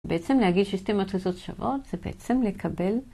בעצם להגיד ששני מטריצות שוות זה בעצם לקבל